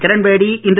கிரண்பேடி இன்று